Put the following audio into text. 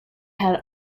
had